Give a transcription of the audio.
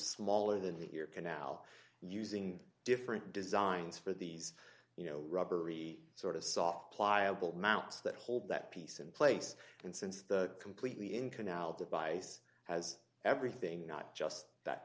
smaller than the ear canal using different designs for these you know rubbery sort of soft pliable mounts that hold that piece in place and since the completely in canal device has everything not just that